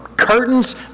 curtains